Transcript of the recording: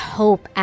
hope